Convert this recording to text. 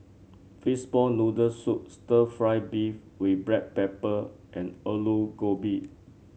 Fishball Noodle Soup stir fry beef with Black Pepper and Aloo Gobi